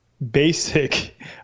basic